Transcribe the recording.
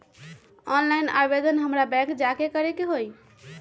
Online आवेदन हमरा bank जाके करे के होई?